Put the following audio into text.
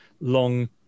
long